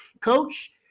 coach